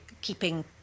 keeping